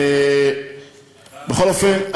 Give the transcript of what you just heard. בכל אופן,